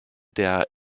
der